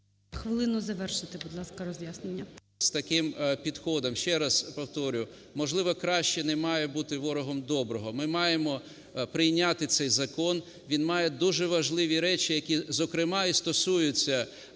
Хвилину звершити, будь ласка, роз'яснення.